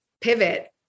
pivot